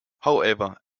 however